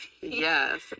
Yes